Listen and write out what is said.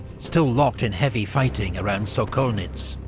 still locked in heavy fighting around sokolnitz.